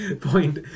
point